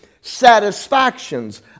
satisfactions